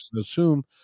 assume